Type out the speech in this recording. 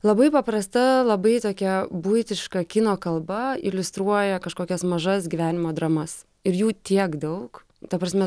labai paprasta labai tokia buitiška kino kalba iliustruoja kažkokias mažas gyvenimo dramas ir jų tiek daug ta prasme